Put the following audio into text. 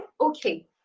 Okay